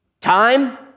Time